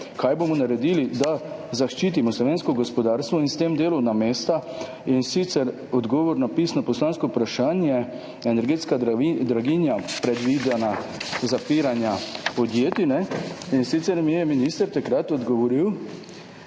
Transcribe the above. kaj bomo naredili, da zaščitimo slovensko gospodarstvo in s tem delovna mesta, in sicer odgovor na pisno poslansko vprašanje o energetski draginji, predvidenih zapiranjih podjetij. Takrat mi je minister odgovoril: